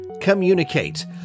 Communicate